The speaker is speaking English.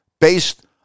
based